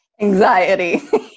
Anxiety